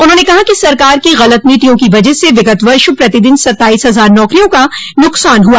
उन्होंने कहा कि सरकार गलत नीतियों की वजह विगत वर्ष प्रतिदिन सत्ताइस हजार नौकरियां का नुकसान हुआ